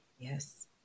Yes